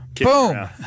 Boom